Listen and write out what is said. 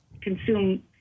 consume